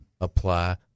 apply